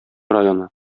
районы